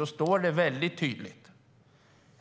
Där står det tydligt att